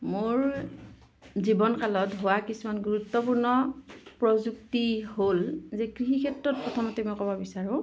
মোৰ জীৱন কালত হোৱা কিছুমান গুৰুত্বপূৰ্ণ প্ৰযুক্তি হ'ল যে কৃষি ক্ষেত্ৰত প্ৰথমতে মই ক'ব বিচাৰোঁ